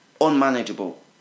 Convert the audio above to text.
unmanageable